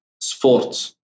sports